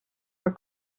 were